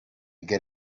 get